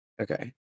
Okay